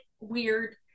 weird